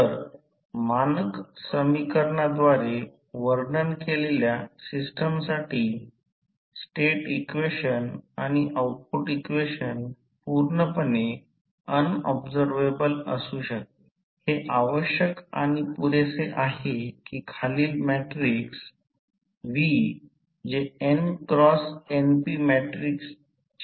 आता जर ∂ अंदाजे 0 असे म्हणतात की ते कॉस आहे ∂ 1 आहे म्हणूनच अंदाजे E2 अंदाजे V2 I2 रे 2 किंवा आम्ही E2 V2 V2 I2 रे 2 व्ही 2 लिहू शकतो किंवा आम्ही लिहू शकतो की आम्ही नुकतेच पाहिले E2 V2 0 याचा अर्थ व्ही 2 0 व्ही 2 व्ही 2 आय 2 रे 2 व्ही 2